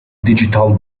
digital